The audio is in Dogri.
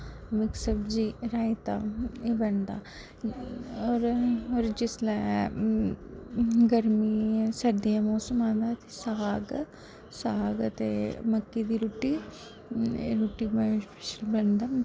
मिक्स सब्जी राजता एह् बनदा और जिसलै सर्दियें दा मौसम आंदा ते साग साग ते मक्की दी रुट्टी एह् रुट्टी बनदा